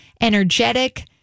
energetic